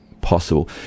possible